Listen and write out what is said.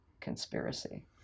conspiracy